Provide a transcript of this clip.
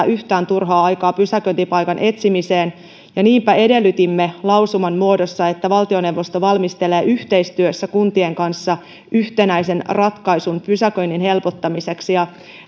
yhtään turhaa aikaa pysäköintipaikan etsimiseen ja niinpä edellytimme lausuman muodossa että valtioneuvosto valmistelee yhteistyössä kuntien kanssa yhtenäisen ratkaisun pysäköinnin helpottamiseksi